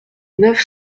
neuf